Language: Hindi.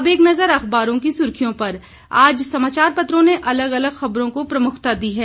अब एक नजर अखबारों की सुर्खियों पर आज समाचार पत्रों ने अलग अलग खबरों को प्रमुखता दी है